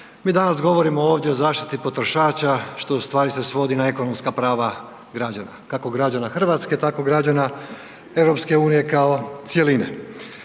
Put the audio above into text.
Mi danas govorimo ovdje o zaštiti potrošača što u stvari se svodi na ekonomska prava građana. Kako građana Hrvatske tako građana EU kao cjeline.